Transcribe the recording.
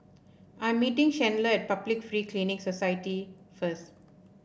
I'm meeting Chandler at Public Free Clinic Society first